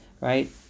right